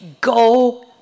go